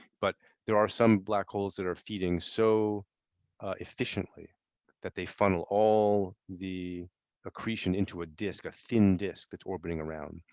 but there are some black holes that are feeding so efficiently that they funnel all the ecreation into a disk, a thin disk that's orbiting around.